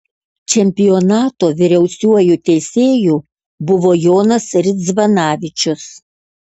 čempionato vyriausiuoju teisėju buvo jonas ridzvanavičius